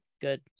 good